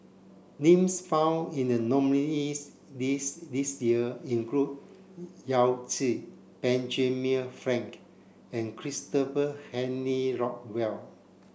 names found in the nominees' list this year include Yao Zi Benjamin Frank and Christopher Henry Rothwell